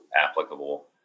applicable